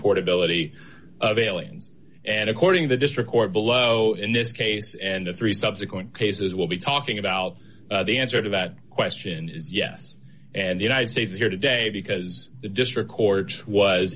portability of aliens and according the district court below in this case and the three subsequent cases will be talking about the answer to that question is yes and united states here today because the district court was